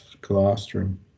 colostrum